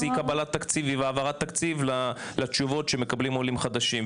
אי העברת תקציב בתשובות שמקבלים העולים החדשים.